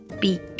beak